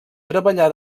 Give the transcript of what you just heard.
treballà